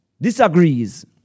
disagrees